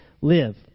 live